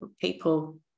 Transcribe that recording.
People